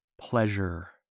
pleasure